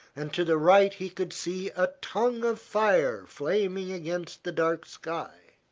and to the right he could see a tongue of fire flaming against the dark sky.